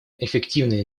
эффективной